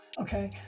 okay